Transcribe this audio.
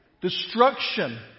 Destruction